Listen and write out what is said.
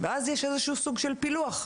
ואז יש איזשהו סוג של פילוח,